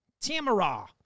Tamara